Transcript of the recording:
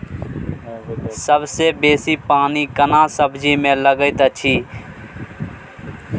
सबसे बेसी पानी केना सब्जी मे लागैत अछि?